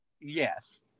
Yes